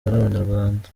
n’abanyarwanda